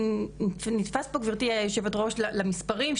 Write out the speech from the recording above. נכנסת פה גברתי היושבת ראש למספרים,